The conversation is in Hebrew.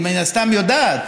היא מן הסתם יודעת